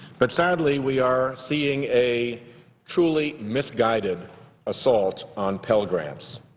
but sadly, we are seeing a truly misguided assault on pell grants.